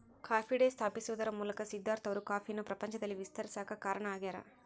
coffee day ಸ್ಥಾಪಿಸುವದರ ಮೂಲಕ ಸಿದ್ದಾರ್ಥ ಅವರು ಕಾಫಿಯನ್ನು ಪ್ರಪಂಚದಲ್ಲಿ ವಿಸ್ತರಿಸಾಕ ಕಾರಣ ಆಗ್ಯಾರ